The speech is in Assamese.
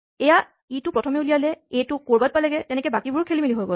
এয়া ই টো প্ৰথমে উলিয়ালে এ টো ক'ৰবাত পালেগে তেনেকে বাকীবোৰো খেলিমেলি হৈ গ'ল